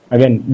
Again